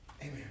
Amen